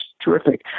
terrific